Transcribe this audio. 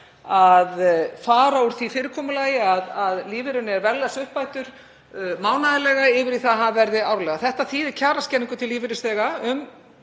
að fara úr því fyrirkomulagi að lífeyririnn sé verðlagsuppbættur mánaðarlega yfir í að það verði gert árlega. Þetta þýðir kjaraskerðingu til lífeyrisþega upp